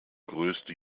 größte